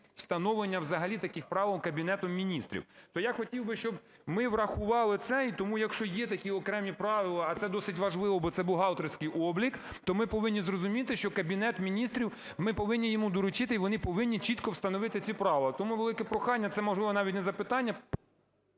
встановлення взагалі таких правил Кабінетом Міністрів. То я хотів би, щоб ми врахували це. І тому, якщо є такі окремі правила, а це досить важливо, бо це бухгалтерський облік, то ми повинні зрозуміти, що Кабінет Міністрів, ми повинні йому доручити і вони повинні чітко встановити ці правила. Тому велике прохання це, можливо, навіть не запитання...